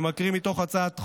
אני מקריא מתוך הצעת החוק: